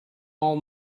all